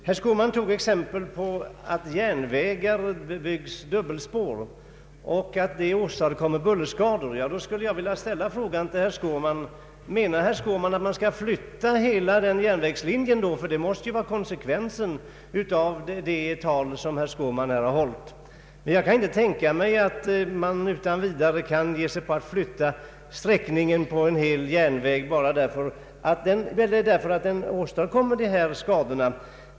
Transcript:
Herr Skårman anförde exempel på att järnvägar byggs dubbelspåriga och att detta åstadkommer bullerskador. Jag skulle då vilja ställa följande fråga: Menar herr Skårman att man måste flytta hela denna järnvägslinje? Detta måste nämligen bli konsekvensen av det inlägg som herr Skårman här gjorde. Men jag kan inte tänka mig att man utan vidare kan ge sig på att ändra sträckningen av en hel järnväg bara därför att den åstadkommer dessa skador.